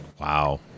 Wow